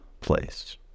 place